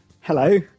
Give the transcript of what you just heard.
Hello